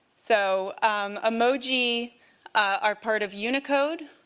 so emoji are part of unicode.